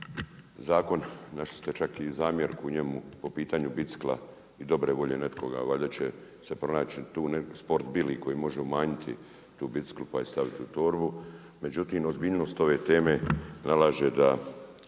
zakon našli ste čak i zamjerku u njemu po pitanju bicikla i dobre volje nekoga. Valjda će se tu pronaći Sport Bili koji može umanjiti tu biciklu pa ju staviti u torbu, međutim ozbiljnost ove teme nalaže da